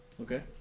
Okay